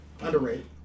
underrated